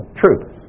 truth